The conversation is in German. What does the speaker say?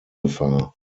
gefahr